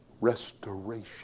restoration